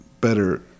better